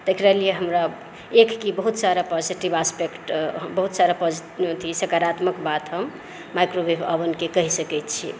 तऽ एकरा लिए हमरा एक कि बहुत सारा पॉजिटिव एक्स्पेक्ट बहुत सारा सकारात्मक बात हम मैक्रोवेब ओवन के कहि सकै छियै